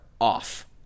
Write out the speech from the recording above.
off